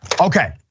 Okay